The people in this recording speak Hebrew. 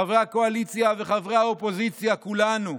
חברי הקואליציה וחברי האופוזיציה, כולנו.